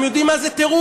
אתם יודעים מה זה טירוף?